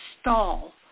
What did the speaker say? stall